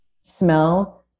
smell